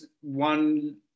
one